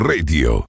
Radio